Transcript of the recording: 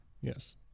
yes